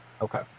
okay